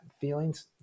feelings